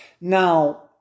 Now